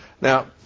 Now